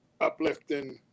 uplifting